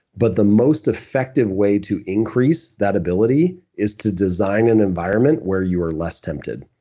but the most effective way to increase that ability is to design an environment where you're less tempted,